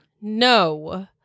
No